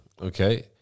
okay